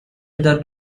other